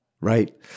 right